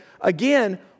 again